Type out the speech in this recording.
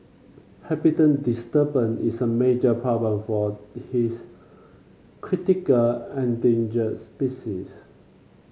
habitat disturbance is a major problem for his critical endangers species